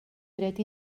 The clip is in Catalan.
dret